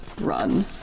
Run